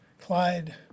Clyde